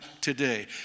today